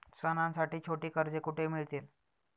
सणांसाठी छोटी कर्जे कुठे मिळतील?